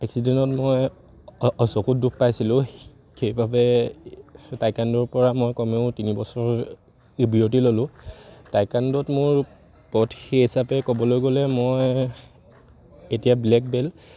এক্সিডেণ্টত মই অ চকুত দুখ পাইছিলোঁ সেইবাবে টাইকোৱনড'ৰ পৰা মই কমেও তিনিবছৰ বিৰতি ল'লোঁ টাইকোৱনড'ত মোৰ পথ সেই হিচাপে ক'বলৈ গ'লে মই এতিয়া ব্লেক বেল্ট